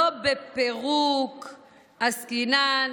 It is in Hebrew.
לא בפירוק עסקינן,